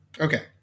okay